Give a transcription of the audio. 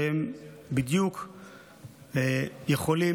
שהם בדיוק יכולים,